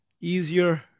easier